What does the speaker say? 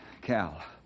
Cal